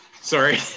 Sorry